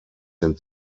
den